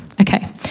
Okay